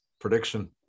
prediction